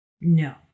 no